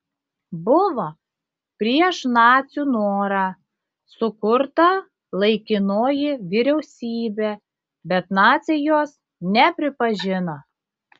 buvo prieš nacių norą sukurta laikinoji vyriausybė bet naciai jos nepripažino